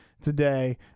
today